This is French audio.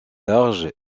large